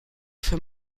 für